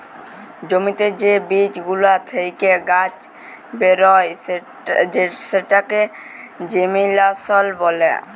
জ্যমিতে যে বীজ গুলা থেক্যে গাছ বেরয় সেটাকে জেমিনাসল ব্যলে